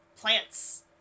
plants